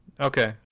Okay